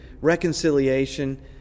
reconciliation